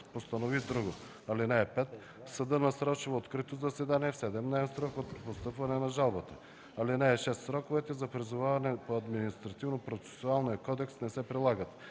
постанови друго. (5) Съдът насрочва открито заседание в 7-дневен срок от постъпването на жалбата. (6) Сроковете за призоваване по Административнопроцесуалния кодекс не се прилагат.